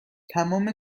تمام